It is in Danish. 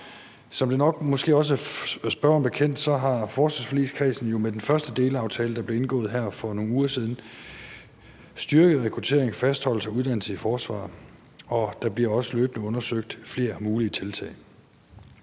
Som det måske nok også er spørgeren bekendt, har forsvarsforligskredsen med den første delaftale, der blev indgået for nogle uger siden, styrket rekruttering, fastholdelse og uddannelse i forsvaret. Der bliver også løbende undersøgt flere mulige tiltag.